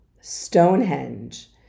Stonehenge